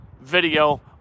video